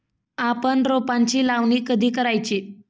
आपण रोपांची लावणी कधी करायची?